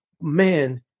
man